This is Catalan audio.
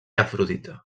afrodita